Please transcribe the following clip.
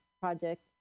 project